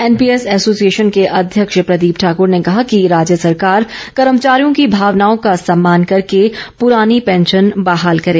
NPS association के अध्यक्ष प्रदीप ठाकूर ने कहा कि राज्य सरकार कर्मचारियों की भावनाओं का सम्मान करके प्ररानी पैंशन बहाल करे